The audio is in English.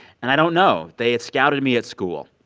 and i don't know they had scouted me at school.